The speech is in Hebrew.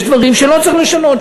ויש דברים שלא צריך לשנות,